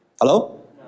Hello